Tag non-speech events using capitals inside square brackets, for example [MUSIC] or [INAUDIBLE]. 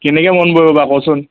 কেনেকে মন [UNINTELLIGIBLE] বা কওচোন